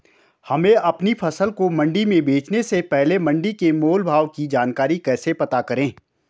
हमें अपनी फसल को मंडी में बेचने से पहले मंडी के मोल भाव की जानकारी कैसे पता करें?